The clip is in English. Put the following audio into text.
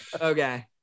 Okay